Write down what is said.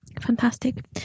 Fantastic